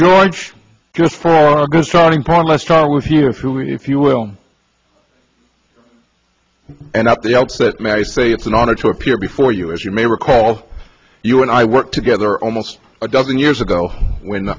george just for a good starting point les tarr with you if you if you will and up the outset mary say it's an honor to appear before you as you may recall you and i worked together almost a dozen years ago when